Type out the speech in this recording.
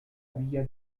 villa